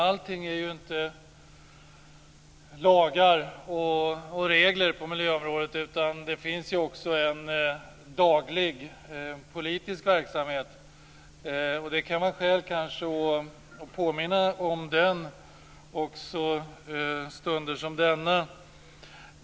Allt är ju inte lagar och regler på miljöområdet, utan det finns också en daglig politisk verksamhet, och det kan kanske finnas skäl att påminna om det också stunder som denna.